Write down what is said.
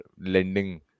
lending